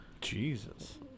Jesus